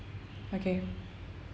okay